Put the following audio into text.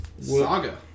Saga